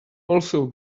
also